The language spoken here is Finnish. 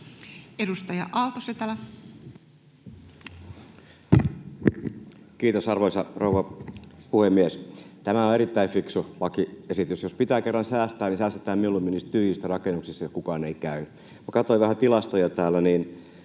Edustaja Aalto-Setälä. Kiitos, arvoisa rouva puhemies! Tämä on erittäin fiksu lakiesitys. Jos pitää kerran säästää, niin säästetään mieluummin niistä tyhjistä rakennuksista, joissa kukaan ei käy. Kun katsoin vähän tilastoja täällä,